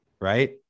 Right